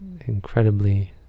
incredibly